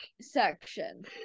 section